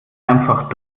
einfach